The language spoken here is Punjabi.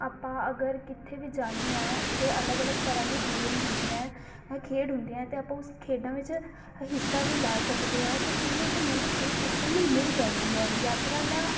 ਆਪਾਂ ਅਗਰ ਕਿੱਥੇ ਵੀ ਜਾਂਦੇ ਹਾਂ ਉੱਥੇ ਅਲੱਗ ਅਲੱਗ ਤਰ੍ਹਾਂ ਦੀ ਗੇਮ ਹੁੰਦੀਆਂ ਹੈ ਹ ਖੇਡ ਹੁੰਦੀਆਂ ਅਤੇ ਆਪਾਂ ਉਸ ਖੇਡਾਂ ਵਿੱਚ ਹਿੱਸਾ ਵੀ ਲੈ ਸਕਦੇ ਹਾਂ ਅਤੇ ਉਹ ਸਾਨੂੰ ਇੱਕ ਨਵੀਂ ਚੀਜ਼ ਸਿੱਖਣ ਨੂੰ ਮਿਲ ਜਾਂਦੀ ਹੈ ਯਾਤਰਾ ਦਾ